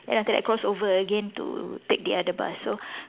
then after that cross over again to take the other bus so